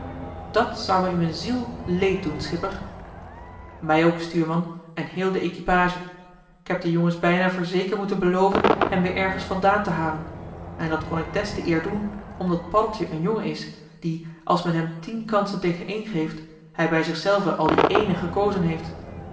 dàt zou me in m'n ziel leed doen schipper mij ook stuurman en heel de equipage k heb den jongens bijna voor zeker moeten beloven hem weer ergens vandaan te halen en dat kon ik des te eer doen omdat paddeltje een jongen is die als men hem tien kansen tegen één geeft hij bij zichzelven al die ééne gekozen heeft